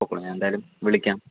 പൊക്കോളു ഞാനെന്തായാലും വിളിക്കാം